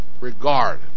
regard